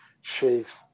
shave